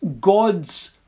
God's